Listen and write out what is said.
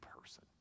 person